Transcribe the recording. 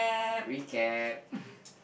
recap